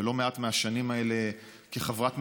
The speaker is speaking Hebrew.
ולא מעט מהשנים האלה כחברת ממשלה,